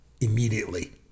immediately